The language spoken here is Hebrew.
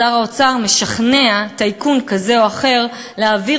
שר האוצר משכנע טייקון כזה או אחר להעביר